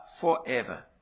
forever